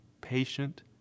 patient